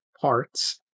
parts